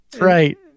Right